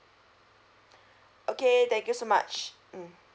okay thank you so much mm